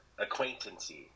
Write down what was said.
acquaintancy